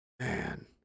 Man